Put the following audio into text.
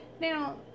now